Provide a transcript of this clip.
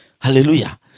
Hallelujah